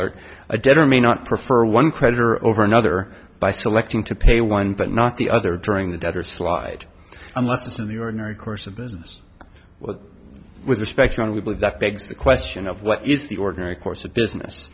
they are dead or may not prefer one creditor over another by selecting to pay one but not the other during the debtor slide unless it's in the ordinary course of business with respect and we believe that begs the question of what is the ordinary course of business